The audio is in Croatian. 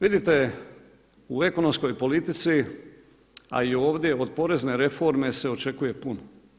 Vidite, u ekonomskoj politici, a i ovdje od porezne reforme se očekuje puno.